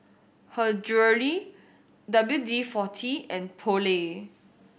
Her Jewellery W D Forty and Poulet